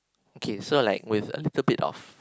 okay so like with a little bit of